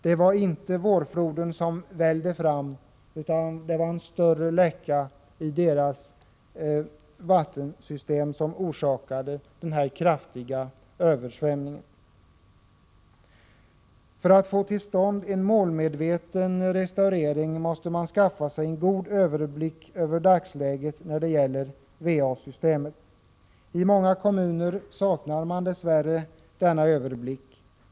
Det var inte vårfloden som vällde fram utan det var en större läcka i vattensystemet som orsakade den kraftiga översvämningen. För att få till stånd en målmedveten restaurering måste man skaffa sig en god överblick över dagsläget när det gäller va-systemet. I många kommuner saknar man dess värre denna överblick.